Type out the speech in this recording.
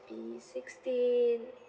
it'll be sixteen